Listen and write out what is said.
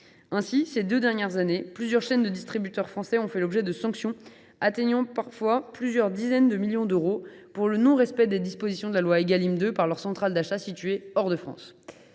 Ainsi, ces deux dernières années, plusieurs chaînes de distributeurs français ont fait l’objet de sanctions, atteignant parfois plusieurs dizaines de millions d’euros, pour non respect des dispositions de la loi Égalim 2 par leurs centrales d’achat situées hors de France.